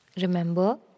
Remember